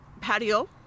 patio